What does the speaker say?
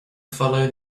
follow